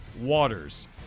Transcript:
Waters